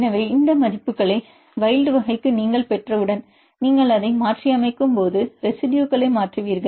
எனவே இந்த மதிப்புகளை வைல்ட் வகைக்கு நீங்கள் பெற்றவுடன் நீங்கள் அதை மாற்றியமைக்கும்போது ரெசிடுயுகளை மாற்றுவீர்கள்